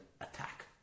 attack